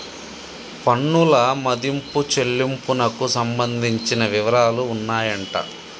పన్నుల మదింపు చెల్లింపునకు సంబంధించిన వివరాలు ఉన్నాయంట